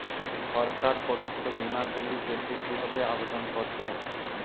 সরকার প্রদত্ত বিমা গুলি পেতে কিভাবে আবেদন করতে হবে?